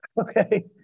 okay